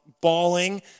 bawling